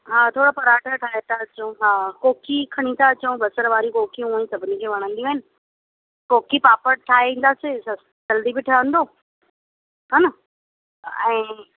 हा थोरा परांठा ठाहे था अचूं हा कोकी खणी था अचूं बसर वारी कोकियूं उहो ई सभिनी खे वणंदियूं आहिनि कोकी पापड़ ठाहींदासीं त जल्दी बि ठहंदो हा न आहे